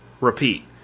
repeat